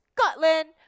Scotland